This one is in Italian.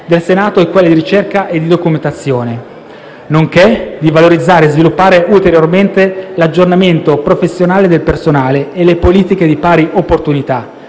del Senato e quelle di ricerca e di documentazione, nonché di valorizzare e sviluppare ulteriormente l'aggiornamento professionale del personale e le politiche di pari opportunità;